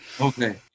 Okay